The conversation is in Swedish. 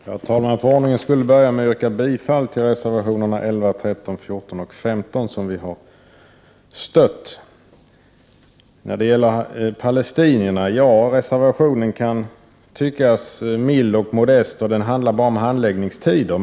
Herr talman! För ordningens skull vill jag börja med att yrka bifall till reservationerna 11, 13, 14 och 15, som vi har stött. I fråga om palestinierna kan reservationen tyckas vara mild och modest, och den handlar bara om handläggningstider.